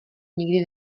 nikdy